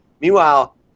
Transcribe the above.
Meanwhile